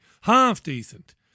Half-decent